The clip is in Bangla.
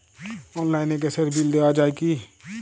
অনলাইনে গ্যাসের বিল দেওয়া যায় কি?